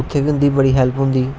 उंदी बड़ी हेल्प होंदी